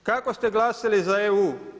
Kako ste glasali za EU?